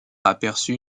aperçut